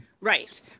Right